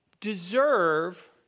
deserve